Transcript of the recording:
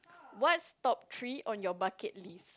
what's top three on your bucket list